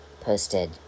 posted